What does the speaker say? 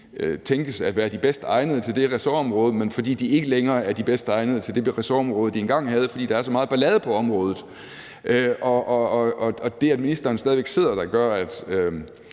tænkes at være de bedst egnede til det ressortområde, men fordi de ikke længere er de bedst egnede til det ressortområde, de engang havde, fordi der er så meget ballade på området, og det, at ministeren stadig væk sidder der, gør, at